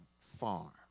farm